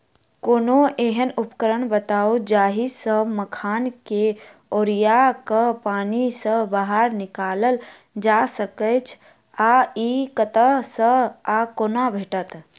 कोनों एहन उपकरण बताऊ जाहि सऽ मखान केँ ओरिया कऽ पानि सऽ बाहर निकालल जा सकैच्छ आ इ कतह सऽ आ कोना भेटत?